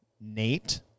Nate